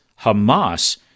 Hamas